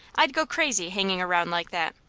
i'd go crazy hanging around like that.